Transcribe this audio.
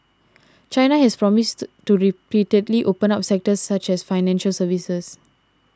China has promised to repeatedly open up sectors such as financial services